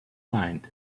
mind